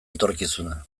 etorkizuna